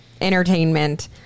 entertainment